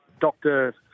doctor